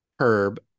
Herb